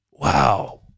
wow